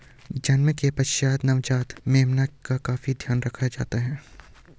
जन्म के पश्चात नवजात मेमने का काफी ध्यान रखा जाता है